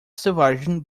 selvagem